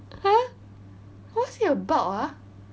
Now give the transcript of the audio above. !huh! what is it about ah